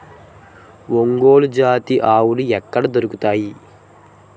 ఒంగోలు జాతి ఆవులు ఎక్కడ దొరుకుతాయి?